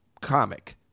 comic